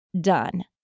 done